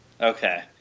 Okay